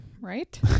right